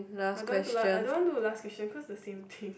I don't want to lah I don't want do last question cause the same thing